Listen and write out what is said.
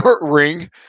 ring